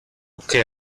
que